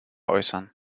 äußern